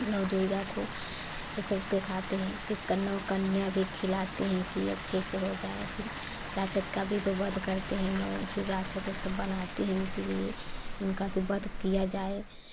नव दुर्गा को ये सब दिखाते हैं फिर नौ कन्या भी खिलाते हैं कि अच्छे से हो जाए फिर राक्षस का भी वध करते हैं नव फिर राक्षस तो सब बनाते हैं इसलिए उनका वध किया जाए